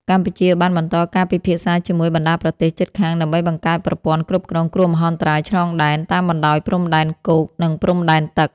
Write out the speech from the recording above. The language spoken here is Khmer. កម្ពុជាបានបន្តការពិភាក្សាជាមួយបណ្តាប្រទេសជិតខាង ដើម្បីបង្កើតប្រព័ន្ធគ្រប់គ្រងគ្រោះមហន្តរាយឆ្លងដែន តាមបណ្តោយព្រំដែនគោក និងព្រំដែនទឹក។